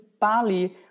Bali